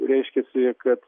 reiškiasi kad